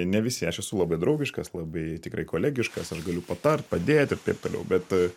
ne visi aš esu labai draugiškas labai tikrai kolegiškas aš galiu patart padėt ir taip toliau bet